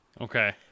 Okay